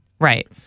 Right